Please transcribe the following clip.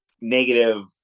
negative